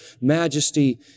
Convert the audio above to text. majesty